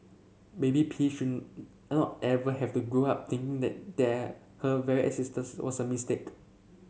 baby P should not ever have to grow up thinking the that her very existence was a mistake